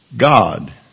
God